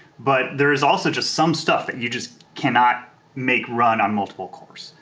but there is also just some stuff that you just cannot make run on multiple cores.